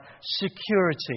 security